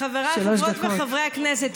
חבריי חברות וחברות הכנסת,